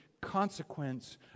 consequence